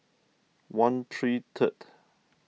one three third